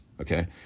Okay